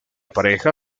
pareja